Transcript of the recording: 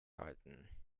halten